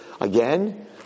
again